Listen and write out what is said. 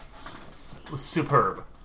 superb